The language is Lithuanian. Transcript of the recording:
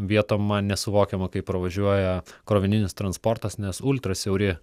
vietom man nesuvokiama kaip pravažiuoja krovininis transportas nes ultra siauri